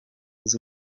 z’u